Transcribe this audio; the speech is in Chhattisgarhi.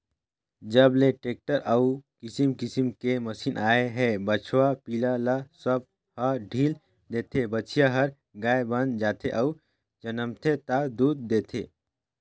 जब ले टेक्टर अउ किसम किसम के मसीन आए हे बछवा पिला ल सब ह ढ़ील देथे, बछिया हर गाय बयन जाथे अउ जनमथे ता दूद देथे